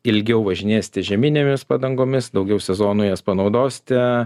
ilgiau važinėsite žieminėmis padangomis daugiau sezonų jas panaudosite